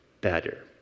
better